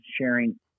sharing